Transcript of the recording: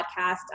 podcast